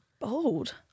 bold